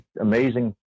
amazing